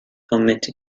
committee